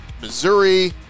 Missouri